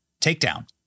takedown